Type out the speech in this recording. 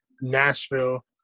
Nashville